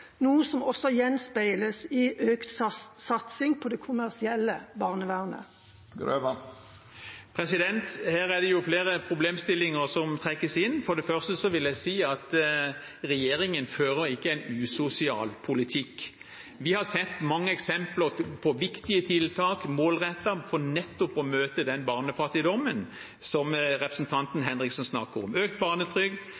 noe som også gjenspeiles i økt satsing på det kommersielle barnevernet? Her er det flere problemstillinger som trekkes inn. For det første vil jeg si at regjeringen fører ikke en usosial politikk. Vi har sett mange eksempler på viktige tiltak – målrettede – for nettopp å møte den barnefattigdommen som